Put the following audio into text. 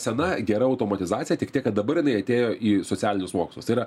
sena gera automatizacija tik tiek kad dabar jinai atėjo į socialinius mokslus tai yra